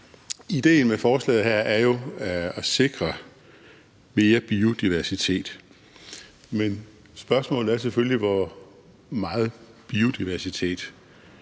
Ideen med forslaget her er jo at sikre mere biodiversitet, men spørgsmålet er selvfølgelig, hvor meget biodiversitet